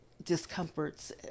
discomforts